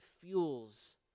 fuels